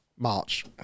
March